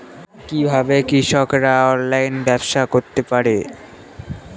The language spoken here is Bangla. কিভাবে কৃষকরা অনলাইনে ব্যবসা করতে পারে?